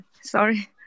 Sorry